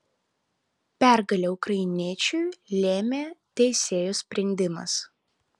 pergalę ukrainiečiui lėmė teisėjų sprendimas